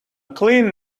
clean